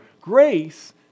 Grace